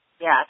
Yes